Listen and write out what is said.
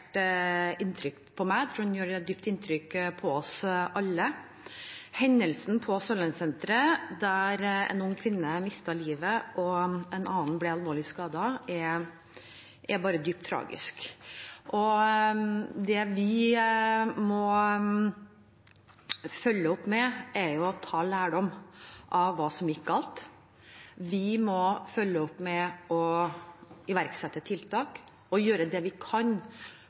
inntrykk på meg. Jeg tror den gjør dypt inntrykk på oss alle. Hendelsen på Sørlandssenteret, der en ung kvinne mistet livet og en annen ble alvorlig skadet, er bare dypt tragisk. Det vi må følge opp med, er å ta lærdom av hva som gikk galt. Vi må følge opp med å iverksette tiltak og gjøre det vi kan